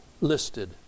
listed